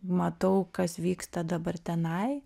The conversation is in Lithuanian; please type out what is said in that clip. matau kas vyksta dabar tenai